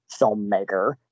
filmmaker